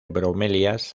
bromelias